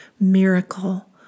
miracle